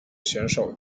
选手